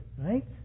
right